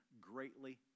greatly